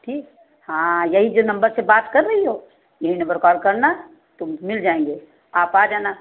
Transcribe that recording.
ठीक हाँ यही यह नंबर से बात कर रही हो यही नंबर कॉल करना तो मिल जाएंगे आप आ जाना